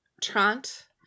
Trant